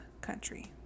country